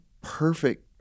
perfect